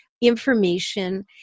information